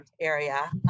area